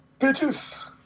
bitches